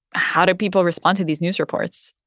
how do people respond to these news reports?